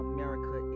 America